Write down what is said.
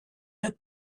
had